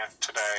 today